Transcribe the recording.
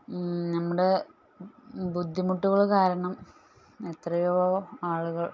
നമ്മുടെ ബുദ്ധിമുട്ടുകൾ കാരണം എത്രയോ ആളുകൾ